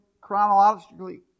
chronologically